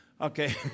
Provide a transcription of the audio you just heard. Okay